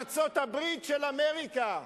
ארצות-הברית של אמריקה,